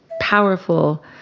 powerful